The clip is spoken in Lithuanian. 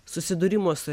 susidūrimo su